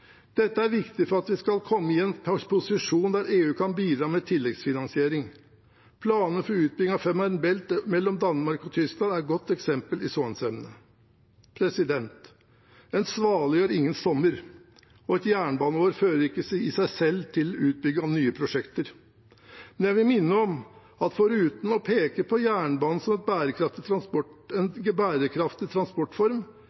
Dette er viktig for at vi skal komme i en posisjon der EU kan bidra med tilleggsfinansiering. Planen for utbygging av Femern Bælt mellom Danmark og Tyskland er et godt eksempel i så henseende. En svale gjør ingen sommer, og et jernbaneår fører ikke i seg selv til utbygging av nye prosjekter. Men jeg vil minne om at foruten å peke på jernbanen som en bærekraftig